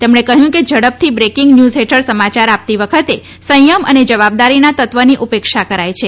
તેમણે કહ્યું કે ઝડપથી બ્રેકીંગ ન્યુઝ હેઠળ સમાયાર આપતી વખતે સંયમ અને જવાબદારીનાં તત્વની ઉપેક્ષા કરાય છે